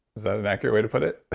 that an accurate way to put it?